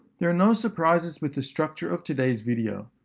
there are no surprises with the structure of today's video.